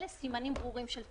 אלה סימנים ברורים של תחרות.